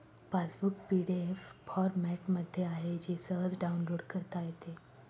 passbook PDF फॉरमॅटमध्ये आहे जे सहज डाउनलोड करता येते